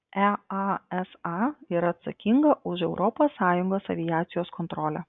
easa yra atsakinga už europos sąjungos aviacijos kontrolę